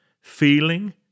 feeling